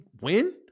win